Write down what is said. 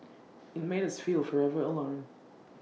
IT made us feel forever alone